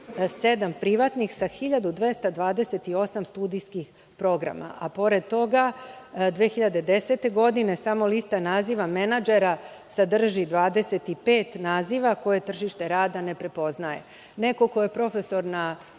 privatni sa 1228. studijskih programa, a pored toga 2010. godine, samo lista naziva menadžera sadrži 25 naziva, koje tržište rada ne prepoznaje. Neko ko je profesor na